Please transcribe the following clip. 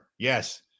Yes